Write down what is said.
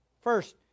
First